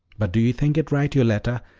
but do you think it right, yoletta,